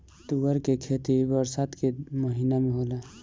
तूअर के खेती बरसात के महिना में होला